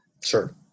Sure